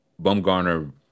Bumgarner